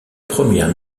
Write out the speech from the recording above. première